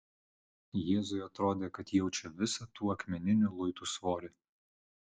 jėzui atrodė kad jaučia visą tų akmeninių luitų svorį